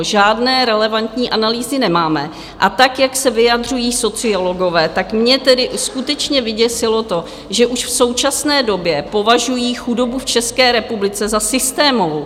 Žádné relevantní analýzy nemáme a tak, jak se vyjadřují sociologové, tak mě tedy skutečně vyděsilo to, že už v současné době považují chudobu v České republice za systémovou.